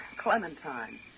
Clementine